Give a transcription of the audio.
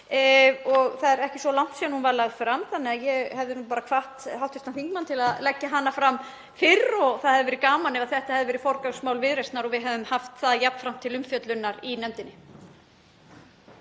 og það er ekki svo langt síðan hún var lögð fram. Þannig að ég hefði nú bara hvatt hv. þingmann til að leggja hana fram fyrr. Það hefði verið gaman ef þetta hefði verið forgangsmál Viðreisnar og við hefðum haft það jafnframt til umfjöllunar í nefndinni.